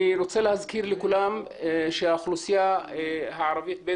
אני רוצה להזכיר לכולם שהאוכלוסייה הערבית-בדואית